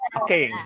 okay